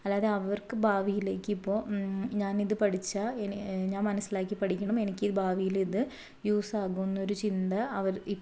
അതായത് അവർക്ക് ഭാവിയിലേക്ക് ഇപ്പോൾ ഞാനിത് പഠിച്ച എ ഞാൻ മനസിലാക്കി പഠിക്കണം എനിക്കിത് ഭാവിയിൽ ഇത് യൂസ് ആവും എന്നൊരു ചിന്ത അവര്